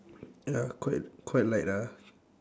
ya quite quite light ah